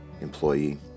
employee